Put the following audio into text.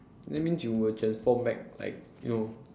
that means you will transform back like you know